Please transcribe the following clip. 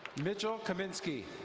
mitchell kaminsky.